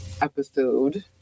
episode